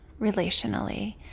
relationally